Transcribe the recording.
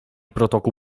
protokół